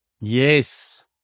Yes